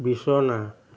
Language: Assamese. বিছনা